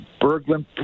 Berglund